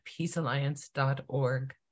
peacealliance.org